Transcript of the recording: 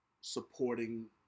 supporting